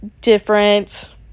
different